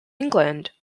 england